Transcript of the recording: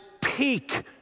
peak